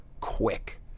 quick